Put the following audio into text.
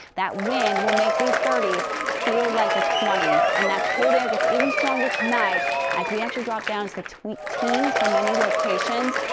that wind will make these thirty s feel like the twenty s. and that cold air gets even stronger tonight as we actually drop down to the teens for many locations.